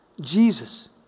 Jesus